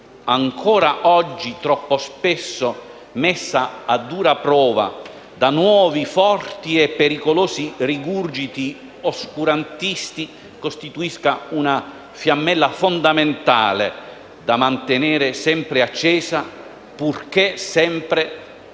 ancora oggi troppo spesso messa a dura prova da nuovi forti e pericolosi rigurgiti oscurantisti, costituisca una fiammella fondamentale da mantenere sempre accesa, purché sempre saldata